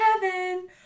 heaven